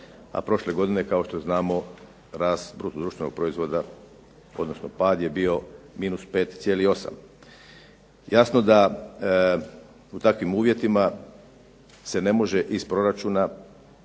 a prošle godine kao što znamo rast bruto-društvenog proizvoda, odnosno pad je bio -5,8. Jasno da u takvim uvjetima se ne može iz proračuna